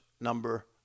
number